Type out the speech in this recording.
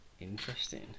Interesting